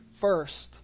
first